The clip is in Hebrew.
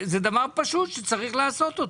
זה דבר פשוט שצריך לעשות אותו.